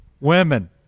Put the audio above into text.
women